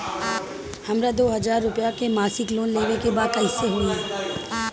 हमरा दो हज़ार रुपया के मासिक लोन लेवे के बा कइसे होई?